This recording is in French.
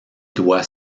doit